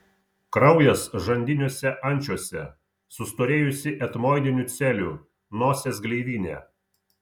kraujas žandiniuose ančiuose sustorėjusi etmoidinių celių nosies gleivinė